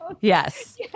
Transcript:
yes